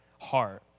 heart